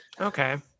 Okay